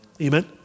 Amen